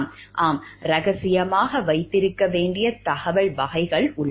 ஆம் ரகசியமாக வைத்திருக்க வேண்டிய தகவல் வகைகள் உள்ளன